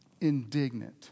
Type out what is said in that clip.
indignant